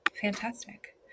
Fantastic